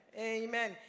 Amen